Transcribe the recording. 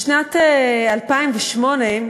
בשנת 2008,